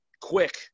quick